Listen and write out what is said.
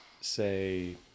say